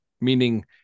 meaning